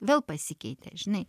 vėl pasikeitė žinai